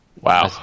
Wow